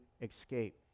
escape